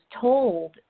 told